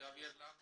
תעביר לנו בכתב.